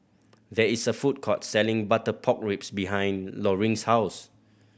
there is a food court selling butter pork ribs behind Loring's house